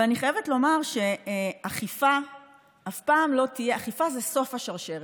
אבל אני חייבת לומר שאכיפה היא סוף השרשרת.